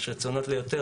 יש רצון לקבוע יותר,